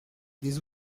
des